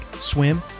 swim